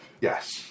Yes